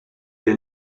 est